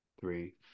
three